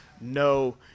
no